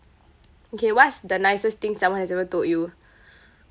okay what's the nicest thing someone has ever told you